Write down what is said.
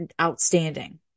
outstanding